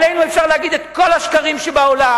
עלינו אפשר להגיד את כל השקרים שבעולם.